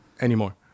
anymore